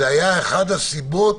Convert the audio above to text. זאת הייתה אחת הסיבות